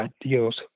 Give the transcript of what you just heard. deals